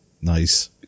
Nice